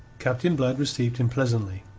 captain blood received him pleasantly.